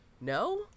no